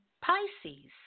Pisces